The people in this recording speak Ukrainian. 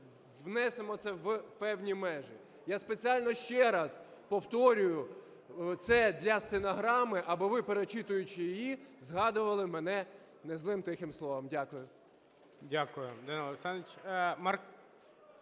внесемо це в певні межі. Я спеціально ще раз повторюю це для стенограми, аби ви, перечитуючи її, згадували мене незлим тихим словом. Дякую.